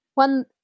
One